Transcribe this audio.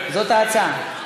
זאת ההצעה.